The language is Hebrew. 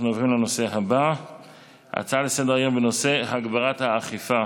נעבור להצעות לסדר-היום בנושא: הגברת האכיפה